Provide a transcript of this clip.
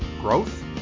Growth